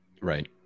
right